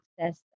access